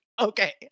okay